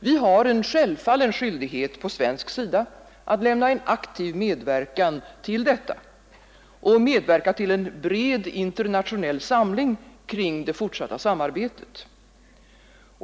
Vi har en självfallen skyldighet på svensk sida att lämna en aktiv medverkan till detta och medverka till en bred internationell samling kring det fortsatta samarbetet.